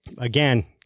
again